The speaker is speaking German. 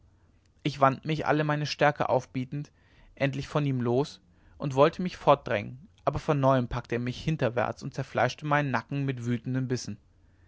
ich wand mich alle meine stärke aufbietend endlich von ihm los und wollte mich fortdrängen aber von neuem packte er mich hinterwärts und zerfleischte meinen nacken mit wütenden bissen